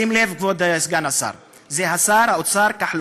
שים לב, כבוד סגן השר, זה שר האוצר כחלון.